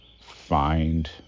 find